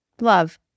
love